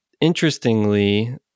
Interestingly